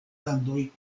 landoj